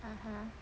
(uh huh)